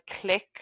click